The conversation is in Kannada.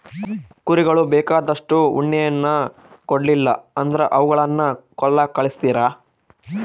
ಕುರಿಗಳು ಬೇಕಾದಷ್ಟು ಉಣ್ಣೆಯನ್ನ ಕೊಡ್ಲಿಲ್ಲ ಅಂದ್ರ ಅವುಗಳನ್ನ ಕೊಲ್ಲಕ ಕಳಿಸ್ತಾರ